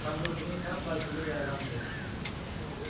साानजौफुनि थाम बाजिनि एलार्म दोन